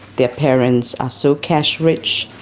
their parents are so cash rich,